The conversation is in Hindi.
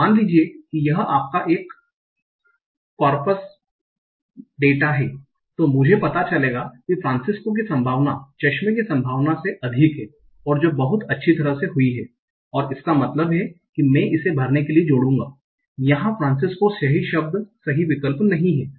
और मान लीजिए कि यह आपका कुछ कॉर्पस से मेरा डेटा है तो मुझे पता चलेगा कि फ्रांसिस्को की संभावना चश्मे की संभावना से अधिक है जो बहुत अच्छी तरह से हुई है और इसका मतलब है मैं इसे भरने के लिए जोड़ूंगायहां फ्रांसिस्को सही शब्द सही विकल्प नहीं है